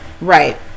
Right